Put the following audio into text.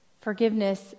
Forgiveness